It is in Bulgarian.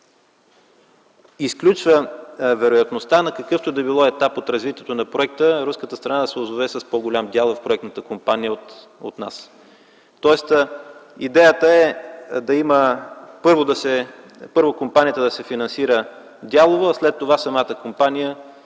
изключва вероятността на какъвто и да е етап от развитието на проекта руската страна да се озове с по-голям дял в проектната компания от нас. Идеята е, първо, компанията да се финансира дялово, а след това самата компания